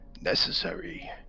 necessary